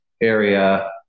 area